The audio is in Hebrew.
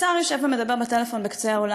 השר יושב ומדבר בטלפון בקצה האולם.